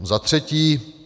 Za třetí.